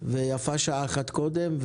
ויפה שעה אחת קודם.